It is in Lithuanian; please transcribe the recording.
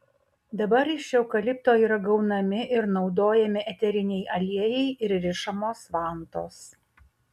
dabar iš eukalipto yra gaunami ir naudojami eteriniai aliejai ir rišamos vantos